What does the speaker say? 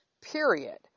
Period